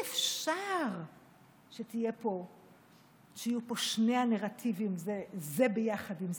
אי-אפשר שיהיו פה שני הנרטיבים זה יחד עם זה.